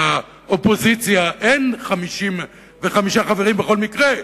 לאופוזיציה אין 55 חברים בכל מקרה,